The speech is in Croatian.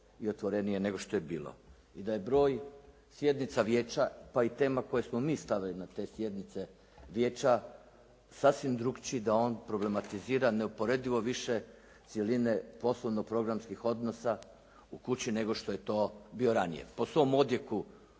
i otvorenije nego što je bilo. I da je broj sjednica vijeća pa i tema koje smo mi stavili na te sjednice vijeća, sasvim drugačiji da on problematizira neuporedivo više cjeline poslovno programskih odnosa u kući, nego što je to bilo ranije. Po svom odjeku